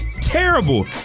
Terrible